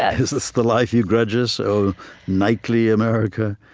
yeah is this the life you grudge us, o knightly america?